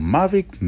Mavic